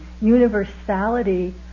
universality